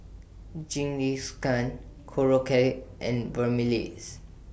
Jingisukan Korokke and